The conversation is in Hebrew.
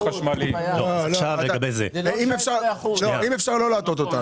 אם אפשר לא להטעות אותנו.